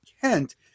Kent